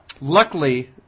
Luckily